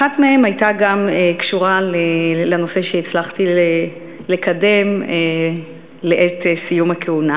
אחת מהן גם הייתה קשורה לנושא שהצלחתי לקדם לעת סיום הכהונה.